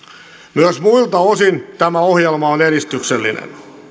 myös muilta osin tämä ohjelma on edistyksellinen